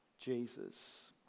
Jesus